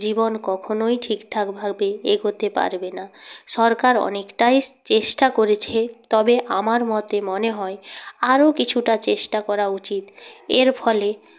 জীবন কখনোই ঠিকঠাকভাবে এগোতে পারবে না সরকার অনেকটাই চেষ্টা করেছে তবে আমার মতে মনে হয় আরও কিছুটা চেষ্টা করা উচিত এর ফলে